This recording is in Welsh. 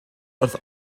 wrth